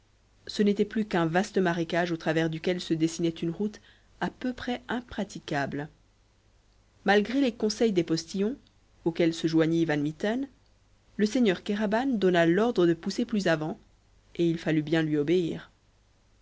ce n'était plus qu'un vaste marécage au travers duquel se dessinait une route à peu près impraticable malgré les conseils des postillons auxquels se joignit van mitten le seigneur kéraban donna l'ordre de pousser plus avant et il fallut bien lui obéir